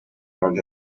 hard